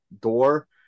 door